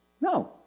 No